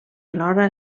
alhora